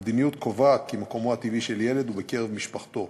המדיניות קובעת כי מקומו הטבעי של ילד הוא בקרב משפחתו.